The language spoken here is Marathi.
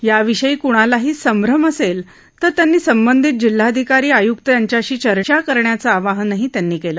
या विषयी क्णालाही संभ्रम असेल तर त्यांनी संबंधित जिल्हाधिकारी आय्क्त यांच्याशी चर्चा करण्याचे आवाहनही त्यांनी केले